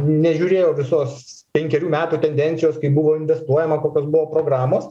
nežiūrėjau visos penkerių metų tendencijos kaip buvo investuojama kokios buvo programos